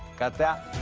got that?